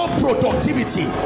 productivity